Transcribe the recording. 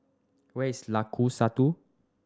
where is Lengkong Satu